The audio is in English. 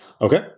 Okay